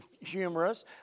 humorous